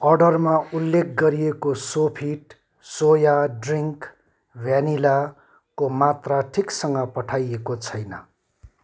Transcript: अर्डरमा उल्लेख गरिएको सोफिट सोया ड्रिङ्क भ्यानिलाको मात्रा ठिकसँग पठाइएको छैन